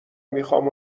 میخام